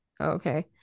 Okay